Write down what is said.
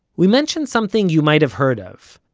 we mentioned something you might have heard of,